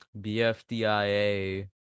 BFDIA